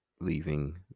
leaving